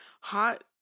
hot